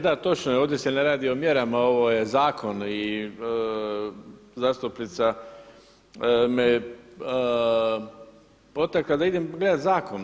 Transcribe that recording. Da točno je ovdje se ne radi o mjerama ovo je zakon i zastupnica me potakla da idem gledati zakon.